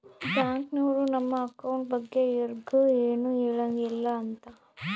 bank ನವ್ರು ನಮ್ account ಬಗ್ಗೆ ಯರ್ಗು ಎನು ಹೆಳಂಗಿಲ್ಲ ಅಂತ